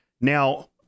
now